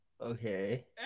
Okay